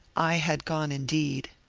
i had gone indeed!